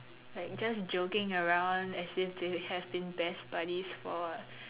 like just joking around as if they have been best buddies for